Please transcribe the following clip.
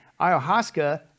Ayahuasca